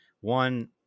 one